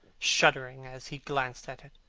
shuddering as he glanced at it.